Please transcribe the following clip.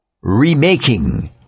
remaking